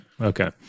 okay